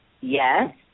yes